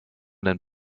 denn